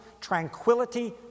tranquility